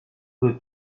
peu